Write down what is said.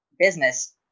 business